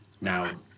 Now